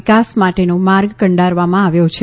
વિકાસ માટેનો માર્ગ કંડારવામાં આવ્યો છે